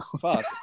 Fuck